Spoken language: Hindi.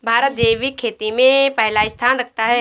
भारत जैविक खेती में पहला स्थान रखता है